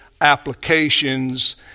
applications